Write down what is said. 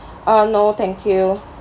oh no thank you